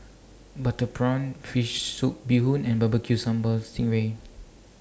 Butter Prawn Fish Soup Bee Hoon and B B Q Sambal Sing Ray